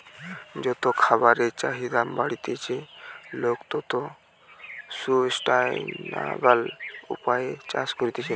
যত খাবারের চাহিদা বাড়তিছে, লোক তত সুস্টাইনাবল উপায়ে চাষ করতিছে